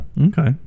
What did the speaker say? Okay